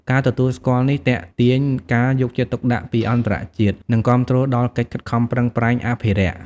ការទទួលស្គាល់នេះទាក់ទាញការយកចិត្តទុកដាក់ពីអន្តរជាតិ និងគាំទ្រដល់កិច្ចខិតខំប្រឹងប្រែងអភិរក្ស។